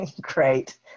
great